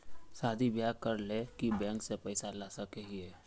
शादी बियाह करे ले भी बैंक से पैसा ला सके हिये?